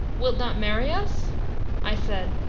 wilt not marry us i said,